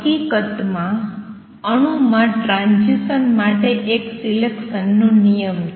હકીકતમાં અણુમાં ટ્રાંઝીસન માટે એક સિલેકસન નો નિયમ છે